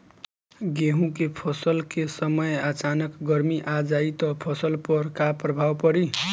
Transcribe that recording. गेहुँ के फसल के समय अचानक गर्मी आ जाई त फसल पर का प्रभाव पड़ी?